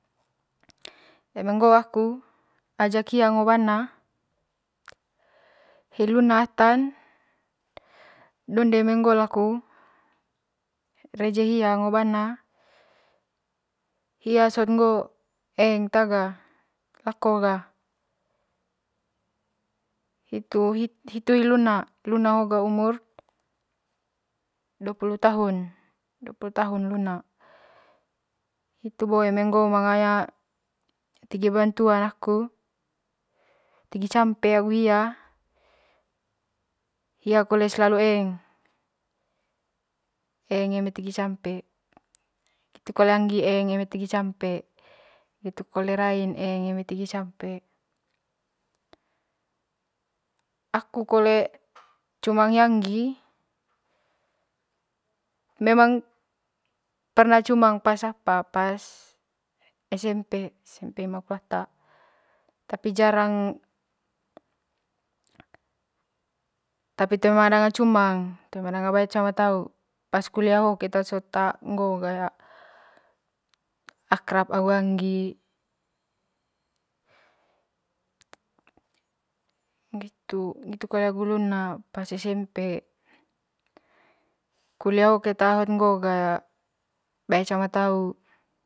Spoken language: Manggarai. Eme ngo'o aku ajak hia ngo bana hi luna atan donde eme ngo laku reje hia ngo bana hia sot ngo eng ta ga lako ga hitu, hitu hi lina hi luna ho ga umur dua pulu tahun, dua pulu tahun luna hitu bo eme ngo manga tegi bantuan aku tegi campe agu hia hia kole selalu eng eng eme tegi campe ngitu kole angi eng eme tegi campe ngitu kole rain eng eme tegi campe aku kole eme cumang hi angi memang perna cumang pas apa pas esempe, esempe imakulata tapi jarang tapi toe ma danga cumang toe ma danga bae cama tau pas kulia ho keta sot ngo ga ya akrap agu angi ngitu ngitu kole luna pas esempe kulia ho keta ga bae cama tau.